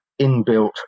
inbuilt